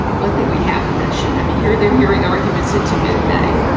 one thing we haven't mentioned. i mean, here they're hearing arguments into mid-may.